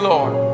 Lord